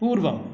पूर्वम्